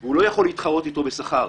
הוא לא יכול להתחרות בו בשכר,